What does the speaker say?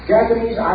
Japanese